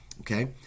okay